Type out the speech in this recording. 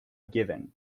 given